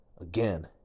again